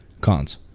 cons